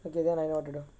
okay then I know what to do